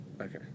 Okay